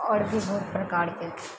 आओर भी बहुत प्रकारके